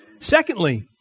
Secondly